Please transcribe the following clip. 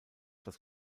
das